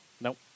Nope